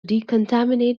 decontaminate